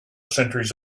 centuries